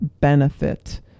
benefit